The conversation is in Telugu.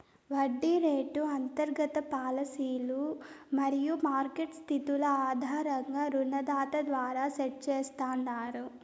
వడ్డీ రేటు అంతర్గత పాలసీలు మరియు మార్కెట్ స్థితుల ఆధారంగా రుణదాత ద్వారా సెట్ చేస్తాండారు